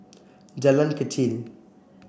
Jalan Kechil